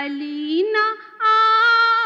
Alina